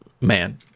Man